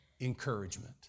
encouragement